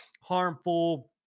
harmful